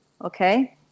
okay